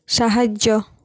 ସାହାଯ୍ୟ